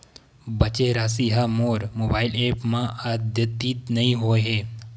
बचे राशि हा मोर मोबाइल ऐप मा आद्यतित नै होए हे